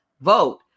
vote